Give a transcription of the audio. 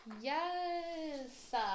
Yes